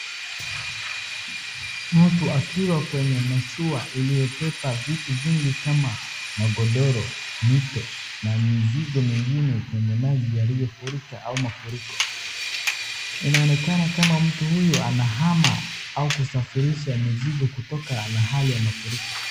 Mtu akiwa kwenye mashua iliyobeba vitu vingi kama magodoro, mito, na mizigo mingine kwenye maji yaliyofurika au mafuriko. Inaonekana kama mtu huyu anahama au kusafirisha mizigo kutoka mahali ya mafuriko.